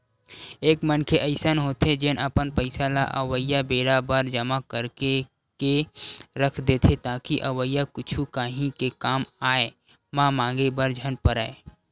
एक मनखे अइसन होथे जेन अपन पइसा ल अवइया बेरा बर जमा करके के रख देथे ताकि अवइया कुछु काही के कामआय म मांगे बर झन परय